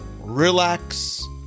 relax